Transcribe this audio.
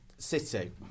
City